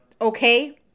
okay